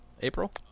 April